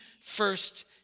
first